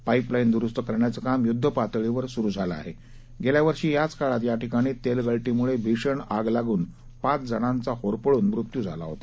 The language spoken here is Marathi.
पाईप लाईन द्रुस्त करण्याचं काम युद्धपातळीवर सुरु आह खावर्षी याच काळात याठिकाणी तस्ताळतीमुळ भीषण आग लागून पाच जणांचा होरपळून मृत्यू झाला होता